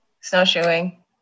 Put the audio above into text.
Snowshoeing